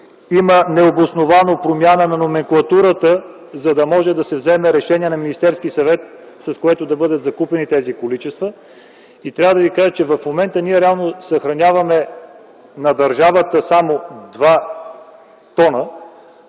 има необоснована промяна на номенклатурата, за да може да се вземе решение на Министерския съвет, с което да бъдат закупени тези количества. В момента ние реално съхраняваме на държавата само 2 т, а